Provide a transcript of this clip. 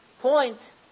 point